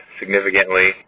significantly